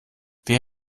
wer